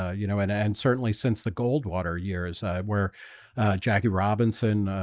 ah you know, and and certainly since the goldwater years where jackie robinson,